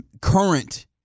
current